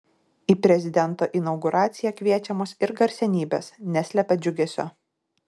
į prezidento inauguraciją kviečiamos ir garsenybės neslepia džiugesio